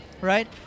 Right